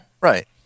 Right